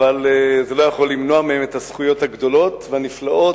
זה לא יכול למנוע מהם את הזכויות הגדולות והנפלאות,